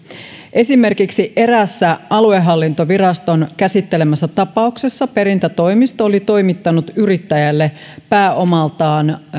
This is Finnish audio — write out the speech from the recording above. esimerkiksi eräässä aluehallintoviraston käsittelemässä tapauksessa perintätoimisto oli toimittanut yrittäjälle pääomaltaan